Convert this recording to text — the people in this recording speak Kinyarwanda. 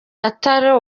atari